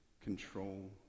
control